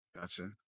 gotcha